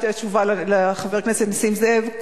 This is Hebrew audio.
וזו תשובה לחבר הכנסת נסים זאב,